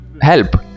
help